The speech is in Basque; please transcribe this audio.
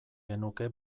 genuke